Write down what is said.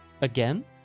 Again